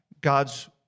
God's